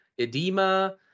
edema